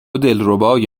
دلربای